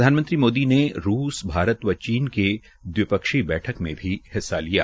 प्रधानमंत्रीमोदी ने रूस भारत व चीन के त्रिपक्षीय बैठक में भी हिस्सा लिया